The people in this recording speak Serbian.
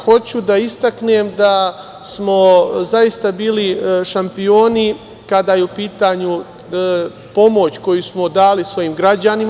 Hoću da istaknem da smo zaista bili šampioni kada je u pitanju pomoć koju smo dali svojim građanima.